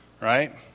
right